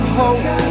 hope